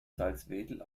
salzwedel